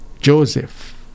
Joseph